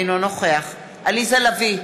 אינו נוכח עליזה לביא,